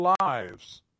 lives